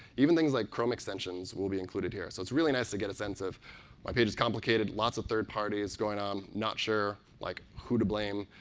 even things like chrome extensions will be included here. so it's really nice to get a sense of why a page is complicated, lots of third party is going on. not sure like who to blame.